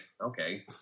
Okay